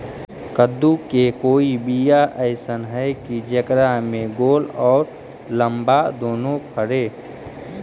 कददु के कोइ बियाह अइसन है कि जेकरा में गोल औ लमबा दोनो फरे?